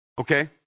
Okay